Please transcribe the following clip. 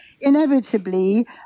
inevitably